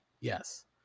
Yes